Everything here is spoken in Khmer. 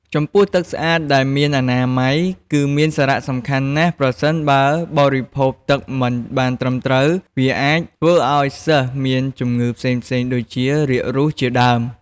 ចំពោះទឹកស្អាតដែលមានអនាម័យគឺមានសារៈសំខាន់ណាស់ប្រសិនបើបរិភោគទឹកមិនបានត្រឹមត្រូវ វាអាចធ្វើឲ្យសិស្សមានជម្ងឺផ្សេងៗដូចជា រាគរូសជាដើម។